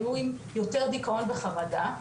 היו עם יותר דיכאון וחרדה,